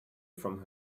from